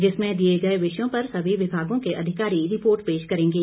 जिसमें दिए गए विषयों पर सभी विभागों के अधिकारी रिपोर्ट पेश करेंगें